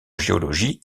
géologie